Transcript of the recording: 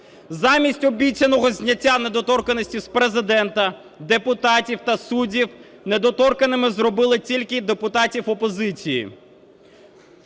Замість обіцяного зняття недоторканності з Президента, депутатів та суддів недоторканними зробили тільки депутатів опозиції.